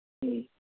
ꯎꯝ